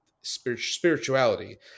spirituality